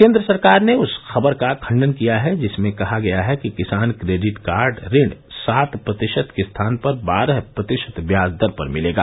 केन्द्र सरकार ने उस खबर का खंडन किया है जिसमें कहा गया है कि किसान क्रेडिट कार्ड ऋण सात प्रतिशत के स्थान पर बारह प्रतिशत ब्याज दर पर मिलेगा